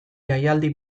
jaialdi